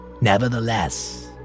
Nevertheless